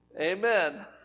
Amen